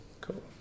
Cool